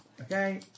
Okay